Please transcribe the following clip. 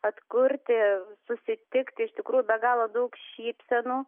atkurti susitikti iš tikrųjų be galo daug šypsenų